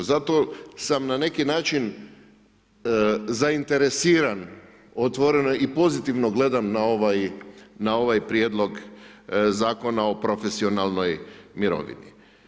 Zato sam na neki način zainteresiran otvoreno i pozitivno gledam na ovaj Prijedlog zakona o profesionalnoj mirovini.